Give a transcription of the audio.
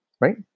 right